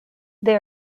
they